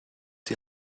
die